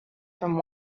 from